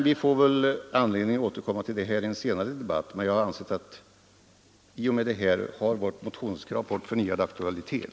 Vi får väl anledning att återkomma till detta i en senare debatt, men jag har ansett att vårt motionskrav i och med detta fått förnyad aktualitet.